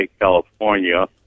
California